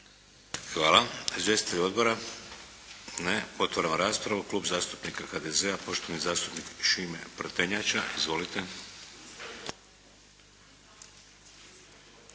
Hvala. Izvjestitelj Odbora? Ne. Otvaram raspravu. Klub zastupnika HDZ-a poštovani zastupnik Šime Prtenjača. Izvolite.